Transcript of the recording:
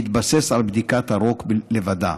בהתבסס על בדיקת הרוק לבדה.